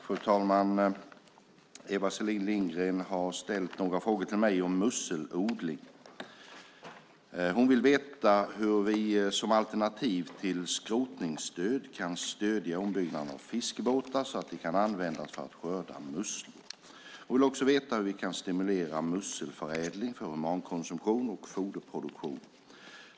Fru talman! Eva Selin Lindgren har ställt några frågor till mig om musselodling. Hon vill veta hur vi som alternativ till skrotningsstöd kan stödja ombyggnaden av fiskebåtar så att de kan användas för att skörda musslor. Hon vill också veta hur vi kan stimulera musselförädling för humankonsumtion och foderproduktion.